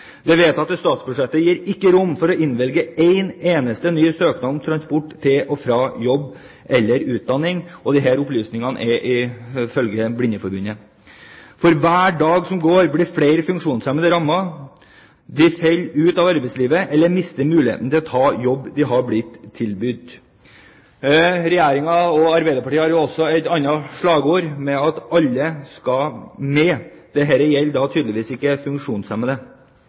Det vedtatte statsbudsjettet gir ikke rom for å innvilge en eneste ny søknad om transport til og fra jobb eller utdanning – disse opplysningene ifølge Blindeforbundet. For hver dag som går, blir flere funksjonshemmede rammet. De faller ut av arbeidslivet eller mister muligheten til å ta en jobb de har blitt tilbydd. Regjeringen og Arbeiderpartiet har jo også et annet slagord, «Alle skal med». Dette gjelder tydeligvis ikke funksjonshemmede. Hvorfor er det slik at funksjonshemmede ikke skal